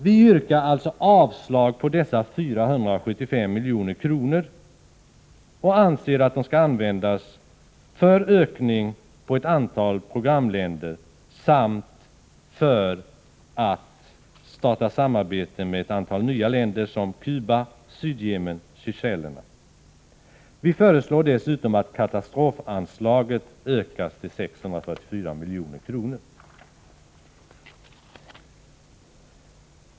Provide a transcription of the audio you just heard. Vi yrkar avslag på dessa 475 milj.kr. och anser att de skall användas för ökning av biståndet till ett antal programländer samt några nya samarbetsländer som Cuba, Sydyemen och Seychellerna. Vi föreslår dessutom att katastrofanslaget ökas till 644 milj.kr.